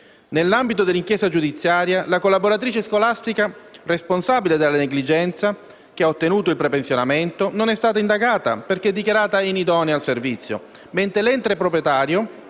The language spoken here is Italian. Nell'ambito dell'inchiesta giudiziaria la collaboratrice scolastica responsabile della negligenza, che ha ottenuto il prepensionamento, non è stata indagata perché dichiarata inidonea al servizio, mentre l'ente proprietario,